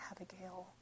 Abigail